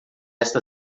esta